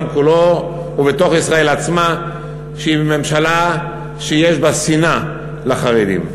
כולו ובתוך ישראל עצמה שהיא ממשלה שיש בה שנאה לחרדים.